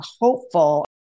hopeful